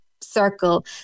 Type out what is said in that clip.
circle